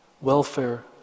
welfare